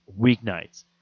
weeknights